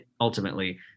ultimately